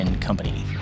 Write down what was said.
Company